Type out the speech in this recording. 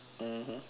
mmhmm